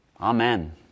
Amen